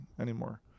anymore